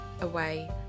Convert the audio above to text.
away